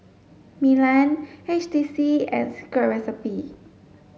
Milan H T C and Secret Recipe